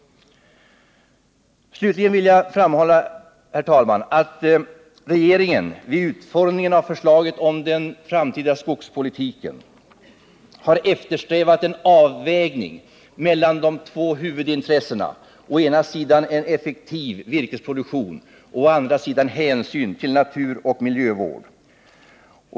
Slutligen vill jag framhålla, herr talman, att regeringen vid utformningen av förslaget om den framtida skogspolitiken har eftersträvat en avvägning mellan de två huvudintressena: å ena sidan effektiv virkesproduktion och å andra sidan hänsyn till naturoch miljövård.